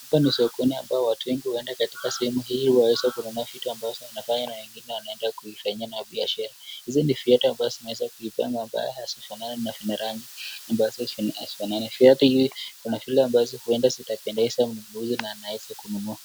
Hapa ni sokoni ambao watu huenda katika sehemu hii waweze kununua vitu ambazo wanafanya na wengine wanaenda kuifanyia nayo biashara. Hizi ni vitu ambazo zimeweza kuipanga ambao hazifanani na zina rangi ambazo hazifanani, viatu hizi kuna vile ambazo huenda zikapemdeza mguuni na anaweza kununua.